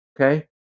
Okay